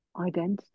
identity